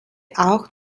auch